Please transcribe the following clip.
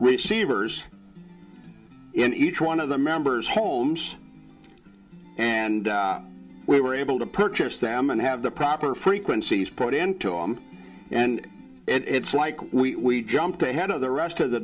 receivers in each one of the members homes and we were able to purchase them and have the proper frequencies put into him and it's like we jumped ahead of the rest of the